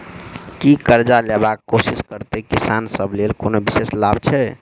की करजा लेबाक कोशिश करैत किसान सब लेल कोनो विशेष लाभ छै?